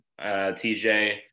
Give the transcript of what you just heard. TJ